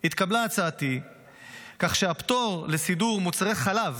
התקבלה הצעתי כך שהפטור לסידור מוצרי חלב,